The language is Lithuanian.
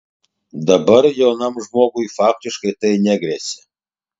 dabar jaunam žmogui faktiškai tai negresia